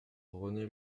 rené